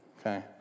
okay